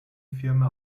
firma